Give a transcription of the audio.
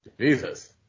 Jesus